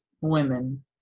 women